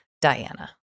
Diana